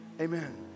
Amen